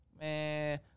Man